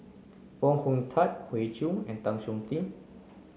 Foo Hong Tatt Hoey Choo and Tan Chong Tee